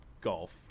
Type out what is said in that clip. Golf